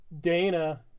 Dana